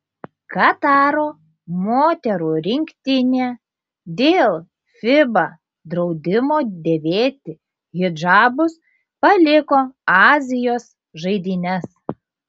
kataro moterų rinktinė dėl fiba draudimo dėvėti hidžabus paliko azijos žaidynes